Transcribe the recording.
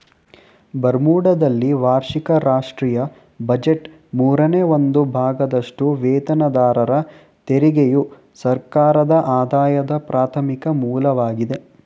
ಬರ್ಮುಡಾದಲ್ಲಿ ವಾರ್ಷಿಕ ರಾಷ್ಟ್ರೀಯ ಬಜೆಟ್ನ ಮೂರನೇ ಒಂದು ಭಾಗದಷ್ಟುವೇತನದಾರರ ತೆರಿಗೆಯು ಸರ್ಕಾರದಆದಾಯದ ಪ್ರಾಥಮಿಕ ಮೂಲವಾಗಿದೆ